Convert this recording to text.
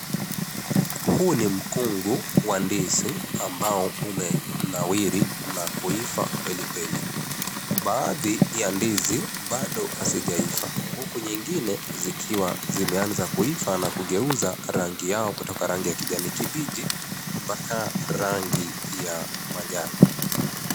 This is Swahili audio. Huu ni mkungu wa ndizi ambao umenawiri na kuiva kwelikweli. Baadhi ya ndizi bado hazijaiva huku nyingine zikiwa zimeanza kuiva na kugeuza rangi yao kutoka rangi ya kijani kibichi mpaka rangi ya manjano.